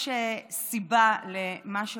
יש סיבה למה שקורה.